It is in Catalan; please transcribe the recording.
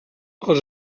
els